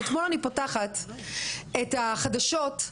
שאתמול אני פותחת את החדשות,